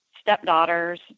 stepdaughters